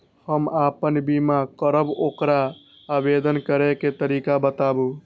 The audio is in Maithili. हम आपन बीमा करब ओकर आवेदन करै के तरीका बताबु?